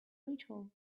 ritual